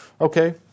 Okay